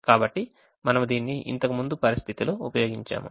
కాబట్టి మనము దీనిని ఇంతకుముందు పరిస్థితిలో ఉపయోగించాము